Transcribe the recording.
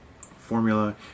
formula